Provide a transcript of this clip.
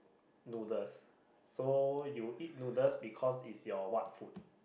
noodles so you eat noodles because it's your what food